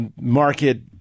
market